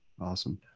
Awesome